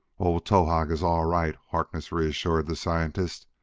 oh, towahg is all right, harkness reassured the scientist,